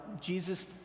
Jesus